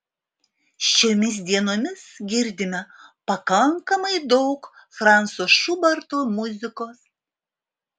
šiomis dienomis girdime pakankamai daug franco šuberto muzikos